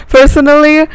Personally